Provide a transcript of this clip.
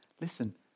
Listen